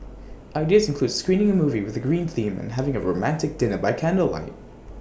ideas include screening A movie with A green theme and having A romantic dinner by candlelight